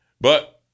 But-